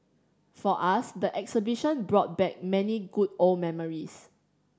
for us the exhibition brought back many good old memories